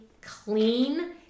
clean